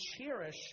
cherish